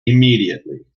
immediately